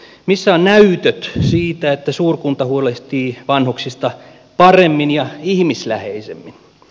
missä ovat näytöt siitä että suurkunta huolehtii vanhuksista paremmin ja ihmisläheisemmin